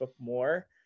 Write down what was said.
more